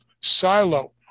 silo